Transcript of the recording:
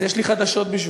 אז יש לי חדשות בשבילו: